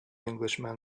englishman